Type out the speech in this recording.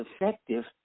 effective